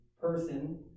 person